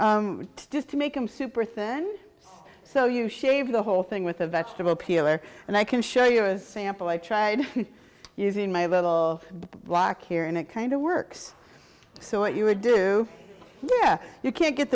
lovely just to make them super thin so you shave the whole thing with a vegetable peeler and i can show you as ample i tried using my little walk here and it kind of works so what you would do yeah you can't get